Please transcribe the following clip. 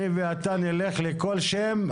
אני ואתה נלך לכל שם,